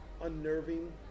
unnerving